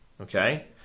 okay